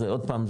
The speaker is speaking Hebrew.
עוד פעם,